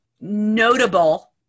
notable